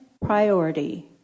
priority